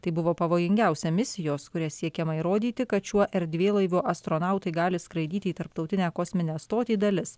tai buvo pavojingiausia misijos kuria siekiama įrodyti kad šiuo erdvėlaiviu astronautai gali skraidyti į tarptautinę kosminę stotį dalis